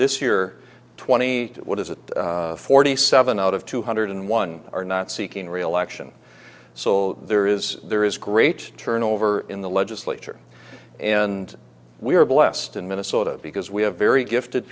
this year twenty what is it forty seven out of two hundred and one are not seeking re election so there is there is great turnover in the legislature and we are blessed in minnesota because we have very gifted